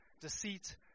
deceit